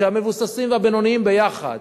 שהמבוססים והבינוניים הם ביחד,